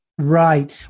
Right